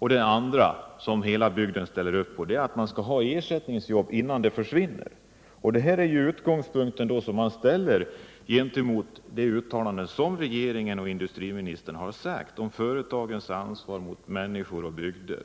En annan sak som hela bygden ställer upp på är att det skall finnas ersättningsjobb innan de nuvarande jobben försvinner. Detta ställer man gentemot det uttalande som regeringen och industriministern har gjort om företagens ansvar mot människor och bygder.